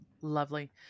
lovely